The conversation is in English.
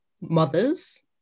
mothers